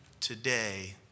today